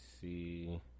see